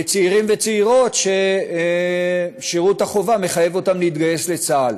לצעירים וצעירות שחוק שירות חובה מחייב אותם להתגייס לצה"ל.